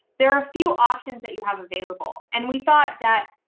there are few options that you have available. and we thought that,